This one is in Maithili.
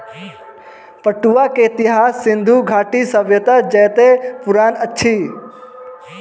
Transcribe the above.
पटुआ के इतिहास सिंधु घाटी सभ्यता जेतै पुरान अछि